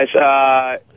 guys